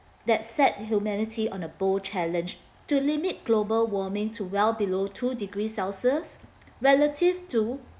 that set humanity on a bold challenge to limit global warming to well below two degrees celsius relative to